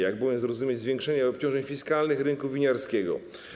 Jak bowiem zrozumieć zwiększenie obciążeń fiskalnych rynku winiarskiego?